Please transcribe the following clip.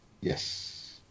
Yes